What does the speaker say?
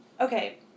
okay